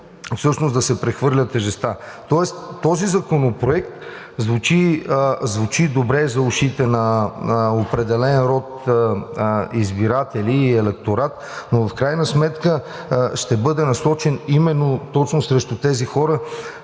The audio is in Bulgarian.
всъщност да се прехвърля тежестта. Тоест този законопроект звучи добре за ушите на определен род избиратели и електорат, но в крайна сметка ще бъде насочен точно срещу тези хора,